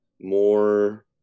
more